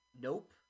Nope